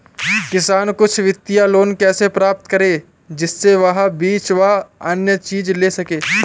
किसान कुछ वित्तीय लोन कैसे प्राप्त करें जिससे वह बीज व अन्य चीज ले सके?